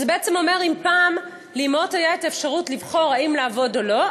זה בעצם אומר שאם פעם לאימהות הייתה האפשרות לבחור אם לעבוד או לא,